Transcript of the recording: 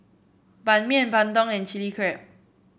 Ban Mian Bandung and Chilli Crab